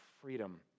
freedom